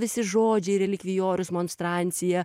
visi žodžiai relikvijorius monstrancija